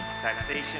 Taxation